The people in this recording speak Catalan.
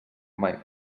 mai